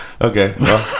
Okay